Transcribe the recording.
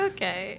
Okay